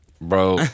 bro